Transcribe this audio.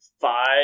five